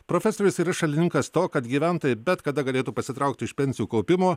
profesorius yra šalininkas to kad gyventojai bet kada galėtų pasitraukti iš pensijų kaupimo